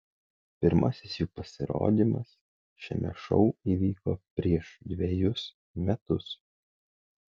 pirmasis jų pasirodymas šiame šou įvyko prieš dvejus metus